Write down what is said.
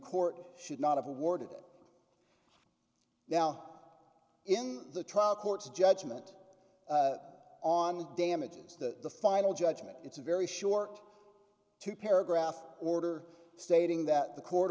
court should not have awarded now in the trial court's judgment on damages the final judgment it's a very short two paragraph order stating that the court